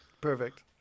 Perfect